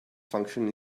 function